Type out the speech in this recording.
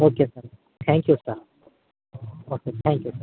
okay sir thank you sir okay thank you sir